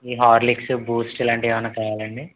ఈ Horlicks Boost ఇలాంటి ఏమన్నా కావాలండి